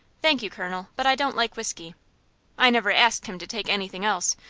thank you, colonel, but i don't like whiskey i never asked him to take anything else,